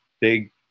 big